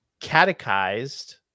catechized